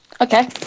Okay